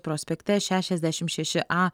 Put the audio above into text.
prospekte šešiasdešim šeši a